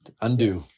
Undo